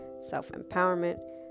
self-empowerment